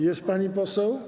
Jest pani poseł?